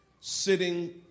Sitting